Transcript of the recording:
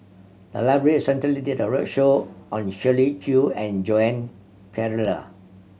the library recently did a roadshow on Shirley Chew and Joan Pereira